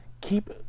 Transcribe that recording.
Keep